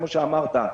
כפי שאמרת,